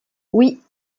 oui